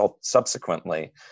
subsequently